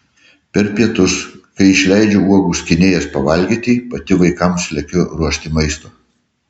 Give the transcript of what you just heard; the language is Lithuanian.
per pietus kai išleidžiu uogų skynėjas pavalgyti pati vaikams lekiu ruošti maisto